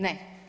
Ne.